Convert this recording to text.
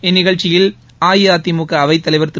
இந்நிகழ்ச்சியில் அஇஅதிமுக அவைத் தலைவா் திரு